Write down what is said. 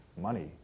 Money